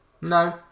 No